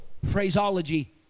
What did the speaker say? phraseology